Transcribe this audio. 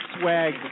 swag